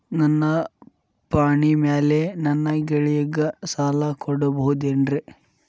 ನನ್ನ ಪಾಣಿಮ್ಯಾಲೆ ನನ್ನ ಗೆಳೆಯಗ ಸಾಲ ಕೊಡಬಹುದೇನ್ರೇ?